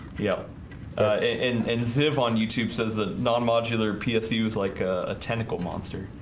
yeah and and zip on youtube says a non-modular ps use like a tentacle monster.